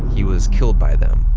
he was killed by them.